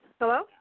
Hello